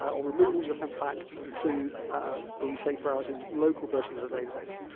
or removals are sent back to the safe browsing local version of the database.